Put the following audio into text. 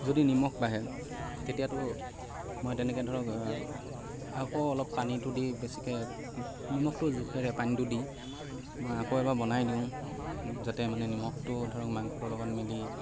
যদি নিমখ বাঢ়ে তেতিয়াতো মই তেনেকৈ ধৰক আকৌ অলপ পানীটো দি বেছিকৈ নিমখটোৰ জোখেৰে পানীটো দি মই আকৌ এবাৰ বনাই দিওঁ যাতে মানে নিমখটো ধৰক মাংসটোৰ লগত মিলি